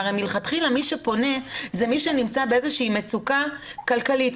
והרי מלכתחילה מי שפונה זה מי שנמצא באיזושהי מצוקה כלכלית.